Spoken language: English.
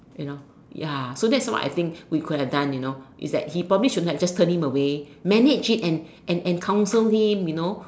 you know ya so that's what we think you could have done you know is that he probably should have like turn him away manage it and and and and council him you know